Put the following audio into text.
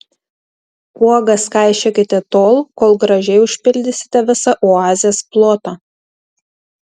uogas kaišiokite tol kol gražiai užpildysite visą oazės plotą